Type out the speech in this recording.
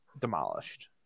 demolished